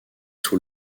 sous